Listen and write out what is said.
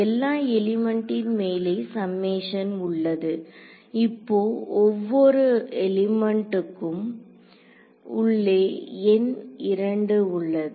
எல்லா எலிமெண்டின் மேலே சம்மேஷன் உள்ளது இப்போது ஒவ்வொரு எலிமெண்டுக்கு உள்ளே எண் 2 உள்ளது